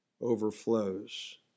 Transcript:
overflows